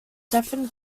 stephen